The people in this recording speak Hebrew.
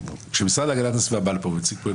------ כשמשרד להגנת הסביבה בא לפה ומציג,